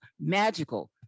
magical